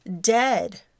dead